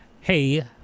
Hey